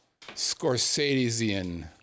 Scorsesean